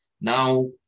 Now